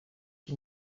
que